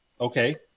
Okay